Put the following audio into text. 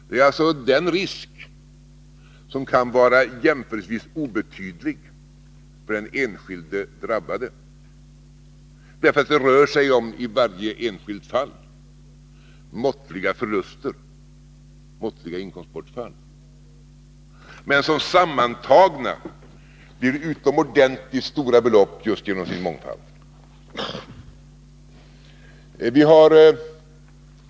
Det är alltså en risk som kan vara jämförelsevis obetydlig för den enskilde drabbade därför att det i varje enskilt fall rör sig om måttliga förluster och måttliga inkomstbortfall. Men sammantagna blir dessa belopp utomordentligt stora just genom sin mångfald.